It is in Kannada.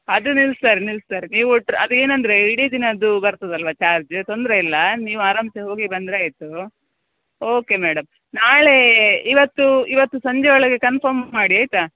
ಅದು ನಿಲ್ಸ್ತಾರೆ ನಿಲ್ಲಿಸ್ತಾರೆ ನೀವು ಟ್ರ್ ಅದು ಏನು ಅಂದರೆ ಇಡೀ ದಿನದ್ದು ಬರ್ತದಲ್ವಾ ಚಾರ್ಜ್ ತೊಂದರೆ ಇಲ್ಲ ನೀವು ಆರಾಮ ಸೇ ಹೋಗಿ ಬಂದರೆ ಆಯ್ತು ಓಕೆ ಮೇಡಮ್ ನಾಳೆ ಇವತ್ತು ಇವತ್ತು ಸಂಜೆ ಒಳಗೆ ಕನ್ಫರ್ಮ್ ಮಾಡಿ ಆಯಿತ